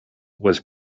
was